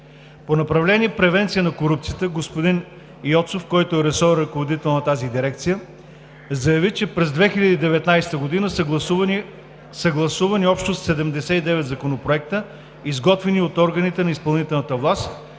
По направление „Превенция на корупцията“ господин Йоцов, който е ресорен ръководител на тази дирекция, заяви, че през 2019 г. са съгласувани общо 79 законопроекта, изготвени от органите на изпълнителната власт,